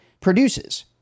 produces